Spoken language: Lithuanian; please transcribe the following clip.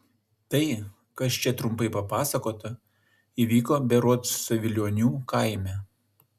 tai kas čia trumpai papasakota įvyko berods savilionių kaime